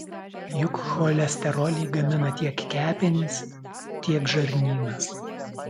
juk cholesterolį gamina tiek kepenys tiek žarnynas